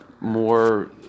more